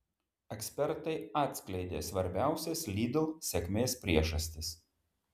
ekspertai atskleidė svarbiausias lidl sėkmės priežastis